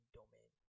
domain